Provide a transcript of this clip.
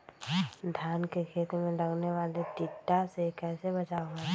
धान के खेत मे लगने वाले टिड्डा से कैसे बचाओ करें?